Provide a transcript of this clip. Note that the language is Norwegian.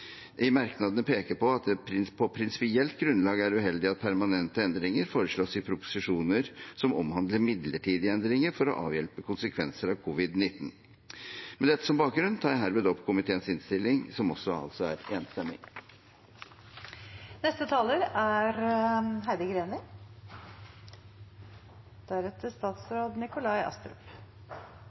merknadene peker på at det på prinsipielt grunnlag er uheldig at permanente endringer foreslås i proposisjoner som omhandler midlertidige endringer for å avhjelpe konsekvenser av covid-19. Med dette som bakgrunn anbefaler jeg herved komiteens innstilling, som også er enstemmig. Dette er